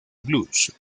blues